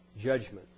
judgment